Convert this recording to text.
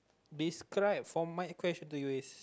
describe for my question to you is